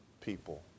people